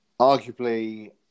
arguably